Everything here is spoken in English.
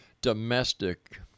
domestic